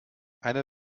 einer